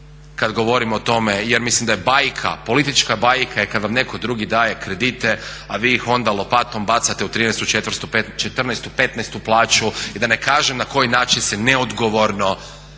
kada govorimo o tome jer mislim da je bajka politička bajka je kada vam netko drugi daje kredite, a vi ih onda bacate lopatom u 13., 14., 15.plaću i da ne kažem na koji način se neodgovorno